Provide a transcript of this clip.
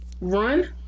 Run